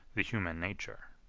the human nature.